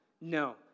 no